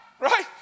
right